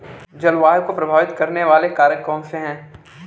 जलवायु को प्रभावित करने वाले कारक कौनसे हैं?